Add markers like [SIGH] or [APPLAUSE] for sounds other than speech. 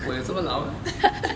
我也这么老 [LAUGHS]